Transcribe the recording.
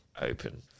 open